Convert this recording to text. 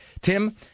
Tim